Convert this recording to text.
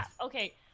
Okay